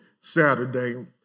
Saturday